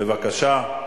בבקשה,